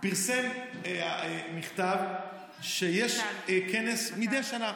הוא פרסם מכתב שיש כנס מדי שנה,